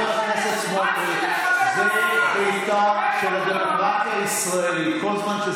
באתי כדי לכבד את המעמד.